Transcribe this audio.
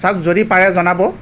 চাওক যদি পাৰে জনাব